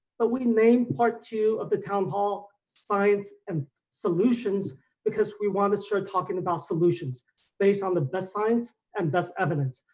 but we named part two of the town hall science and solutions because we wanna start talking about solutions based on the best science and best evidence.